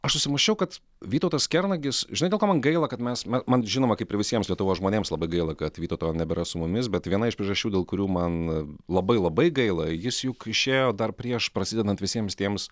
aš susimąsčiau kad vytautas kernagis žinai dėl ko man gaila kad mes na man žinoma kaip ir visiems lietuvos žmonėms labai gaila kad vytauto nebėra su mumis bet viena iš priežasčių dėl kurių man labai labai gaila jis juk išėjo dar prieš prasidedant visiems tiems